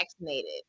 vaccinated